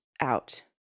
out